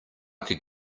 could